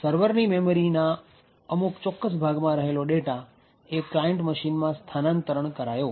સર્વરની memory ના અમુક ચોક્કસ ભાગમાં રહેલો ડેટા એ ક્લાયન્ટ મશીનમાં સ્થાનાંતરણ કરાયો